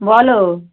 বলো